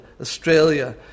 Australia